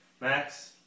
Max